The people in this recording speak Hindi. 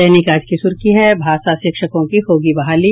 दैनिक आज की सुर्खी है भाषा शिक्षकों की होगी बहाली